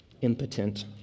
impotent